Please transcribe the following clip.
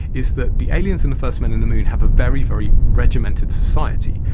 is that the aliens in the first men in the moon have a very, very regimented society.